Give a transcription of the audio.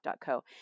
Co